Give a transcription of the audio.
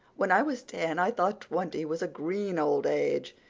when i was ten i thought twenty was a green old age.